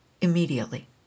immediately